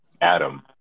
Adam